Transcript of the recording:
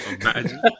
Imagine